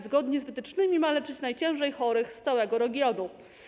Zgodnie z wytycznymi ma leczyć najciężej chorych z całego regionu.